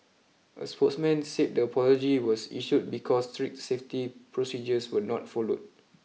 a spokesman said the apology was issued because strict safety procedures were not followed